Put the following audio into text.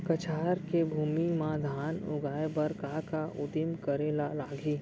कछार के भूमि मा धान उगाए बर का का उदिम करे ला लागही?